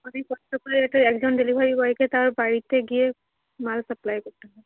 কষ্ট করে একজন ডেলিভারি বয়কে তার বাড়িতে গিয়ে মাল সাপ্লাই করতে হবে